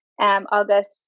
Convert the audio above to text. August